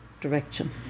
direction